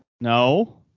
No